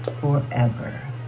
forever